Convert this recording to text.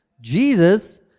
Jesus